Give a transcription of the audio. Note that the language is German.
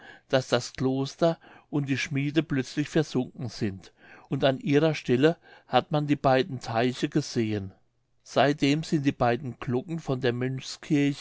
daß das kloster und die schmiede plötzlich versunken sind und an ihrer stelle hat man die beiden teiche gesehen seitdem sind die beiden glocken von der